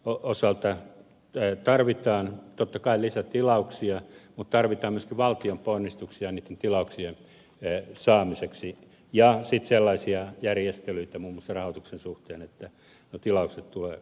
laivanrakennusteollisuuden osalta tarvitaan totta kai lisätilauksia mutta tarvitaan myöskin valtion ponnistuksia niitten tilauksien saamiseksi ja sitten sellaisia järjestelyitä muun muassa rahoituksen suhteen että nuo tilaukset tulevat kotiin